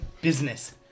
Business